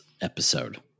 episode